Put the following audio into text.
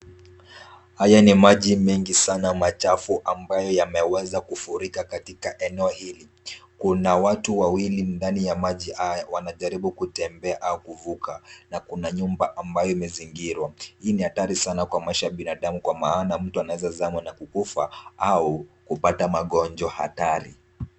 Haya ni maji mengi sana machafu ambayo yameweza kufurika katika eneo hili, kuna watu wawili ndani ya maji haya wanajaribu kutembea au kuvuka na kuna nyumba ambayo imezingirwa, hii ni hatari sana kwa maisha ya binadamu kwa maana mtu anaweza zama na kukufa au kupata magonjwa hatari.